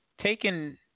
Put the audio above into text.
taken